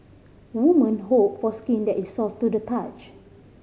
women hope for skin that is soft to the touch